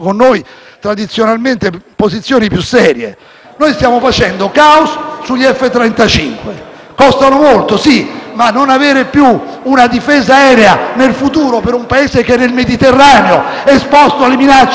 Costano molto, sì, ma non avere più una difesa aerea nel futuro per un Paese che nel Mediterraneo è esposto alle minacce del terrorismo fondamentalista, è una scelta lungimirante secondo voi? È una scelta occidentalista?